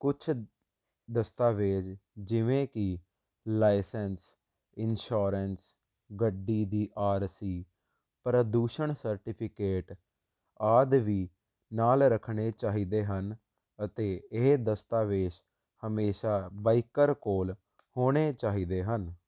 ਕੁਛ ਦਸਤਾਵੇਜ਼ ਜਿਵੇਂ ਕਿ ਲਾਇਸੈਂਸ ਇਨਸ਼ੋਰੈਂਸ ਗੱਡੀ ਦੀ ਆਰਸੀ ਪ੍ਰਦੂਸ਼ਣ ਸਰਟੀਫਿਕੇਟ ਆਦ ਵੀ ਨਾਲ ਰੱਖਣੇ ਚਾਹੀਦੇ ਹਨ ਅਤੇ ਇਹ ਦਸਤਾਵੇਸ ਹਮੇਸ਼ਾ ਬਾਈਕਰ ਕੋਲ ਹੋਣੇ ਚਾਹੀਦੇ ਹਨ